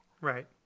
Right